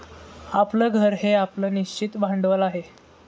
आपलं घर हे आपलं निश्चित भांडवल आहे